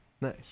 Nice